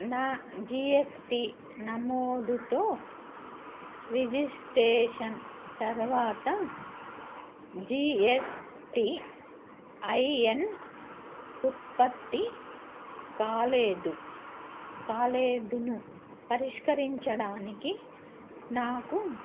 నా జీఎస్టీ నమోదుతో రిజిస్ట్రేషన్ తర్వాత జీఎస్టీఐఎన్ ఉత్పత్తి కాలేదు పరిష్కరించడానికి నాకు